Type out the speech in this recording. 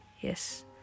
yes